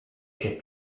się